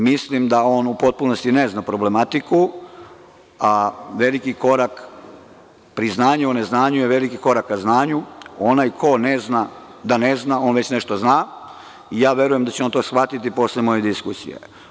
Mislim da on u potpunosti ne zna problematiku, a veliki korak priznanju o neznanju je veliki korak ka znanju, onaj ko ne zna da ne zna, on već nešto zna i verujem da će on shvatiti posle moje diskusije.